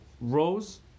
rose